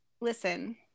Listen